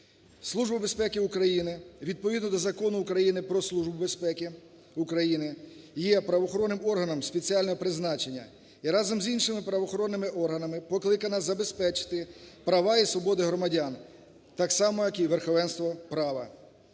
Служба безпеки України відповідно до Закону України "Про Службу безпеки України" є правоохоронним органом спеціального призначення. І разом з іншими правоохоронними органами покликана забезпечити права і свободи громадян, так само як і верховенство права.